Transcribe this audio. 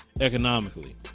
economically